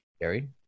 Gary